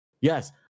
yes